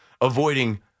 avoiding